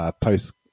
post